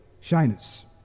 shyness